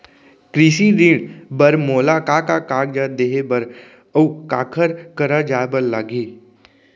कृषि ऋण बर मोला का का कागजात देहे बर, अऊ काखर करा जाए बर लागही?